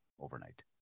overnight